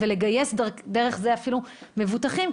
ולגייס דרך זה אפילו מבוטחים,